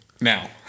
Now